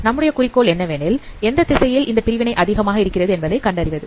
நம்முடைய குறிக்கோள் என்னவெனில் எந்த திசையில் இந்த பிரிவினை அதிகமாக இருக்கிறது என்பதை கண்டறிவது